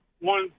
one